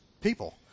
people